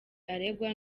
aregwa